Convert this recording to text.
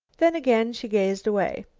then again she gazed away.